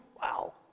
Wow